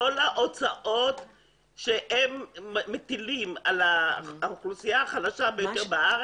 ההוצאות שמטילים על האוכלוסייה החלשה ביותר בארץ,